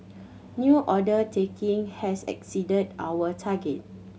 new order taking has exceeded our target